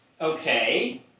Okay